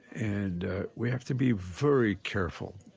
and we have to be very careful